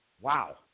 wow